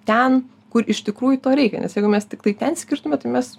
ten kur iš tikrųjų to reikia nes jeigu mes tiktai ten skirtume tai mes